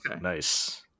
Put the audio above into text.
Nice